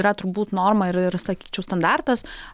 yra turbūt norma ir ir sakyčiau standartas